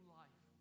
life